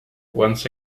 once